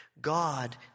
God